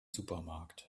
supermarkt